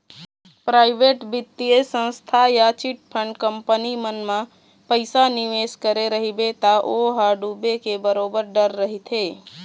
private बित्तीय संस्था या चिटफंड कंपनी मन म पइसा निवेस करे रहिबे त ओ ह डूबे के बरोबर डर रहिथे